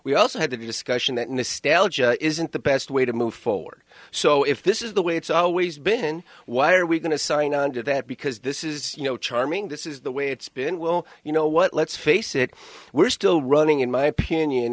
we also have the discussion that in the stealth isn't the best way to move forward so if this is the way it's always been why are we going to sign on to that because this is you know charming this is the way it's been we'll you know what let's face it we're still running in my opinion